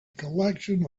collection